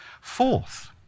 Fourth